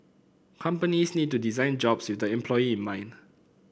companies need to design jobs with the employee in mind